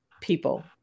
people